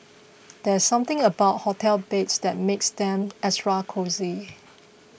there's something about hotel beds that makes them extra cosy